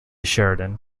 sheridan